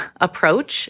approach